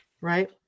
Right